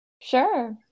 Sure